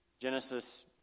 Genesis